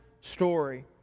story